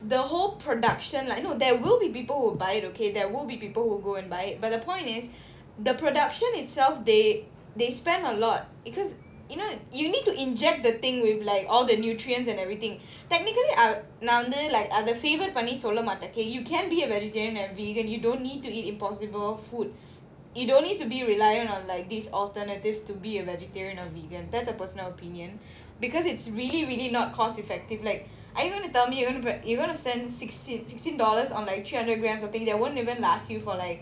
the whole production like you know there will be people who will buy it okay there will be people who will go and buy it but the point is the production itself they they spend a lot because you know you need to inject the thing with like all the nutrients and everything technically ah நா வந்து:naa vanthu like அத:atha favour பண்ணி சொல்ல மாட்டேன்:panni solla maattaen you can be a vegetarian and vegan you don't need to eat impossible food you don't need to be reliant on like these alternatives to be a vegetarian or vegan that's a personal opinion because it's really really not cost-effective like are you gonna tell me you're gonna put you're gonna spend sixteen sixteen dollars on like three hundred grams of thing that won't even last you for like